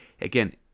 Again